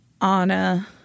Anna